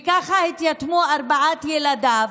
וככה התייתמו ארבעת ילדיו,